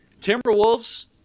Timberwolves